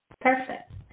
Perfect